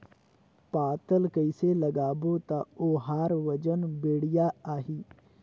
पातल कइसे लगाबो ता ओहार वजन बेडिया आही?